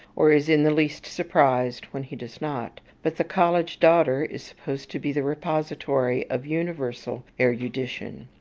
or is in the least surprised when he does not but the college daughter is supposed to be the repository of universal erudition.